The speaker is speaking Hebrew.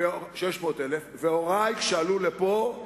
כשעלו לפה,